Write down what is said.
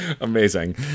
Amazing